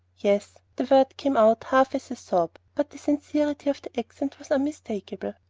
yes. the word came out half as a sob, but the sincerity of the accent was unmistakable.